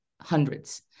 hundreds